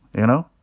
you know?